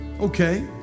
okay